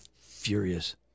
furious